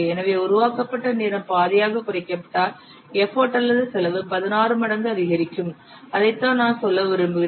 எனவே உருவாக்கப்பட்ட நேரம் பாதியாகக் குறைக்கப்பட்டால் எஃபர்ட் அல்லது செலவு 16 மடங்கு அதிகரிக்கும் அதைத்தான் நான் சொல்ல விரும்புகிறேன்